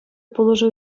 пулӑшу